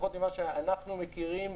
לפחות ממה שאנחנו מכירים,